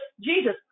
Jesus